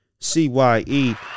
CYE